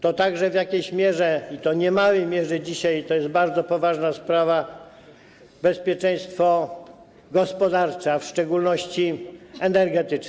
To także w jakiejś mierze, i to niemałej mierze, dzisiaj to jest bardzo poważna sprawa, bezpieczeństwo gospodarcze, a w szczególności energetyczne.